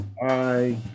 Bye